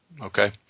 Okay